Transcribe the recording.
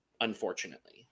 Unfortunately